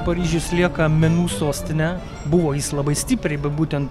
paryžius lieka menų sostine buvo jis labai stipriai bet būtent